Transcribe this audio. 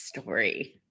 story